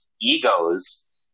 egos